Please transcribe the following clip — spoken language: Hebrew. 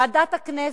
ועדת הכנסת,